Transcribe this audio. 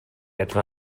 etwa